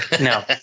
no